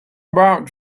about